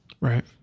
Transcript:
Right